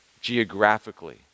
geographically